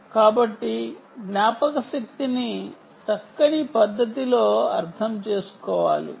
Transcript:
కాబట్టి జ్ఞాపకశక్తిని చక్కని పద్ధతిలో అర్థం చేసుకోవాలి